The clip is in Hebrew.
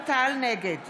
נגד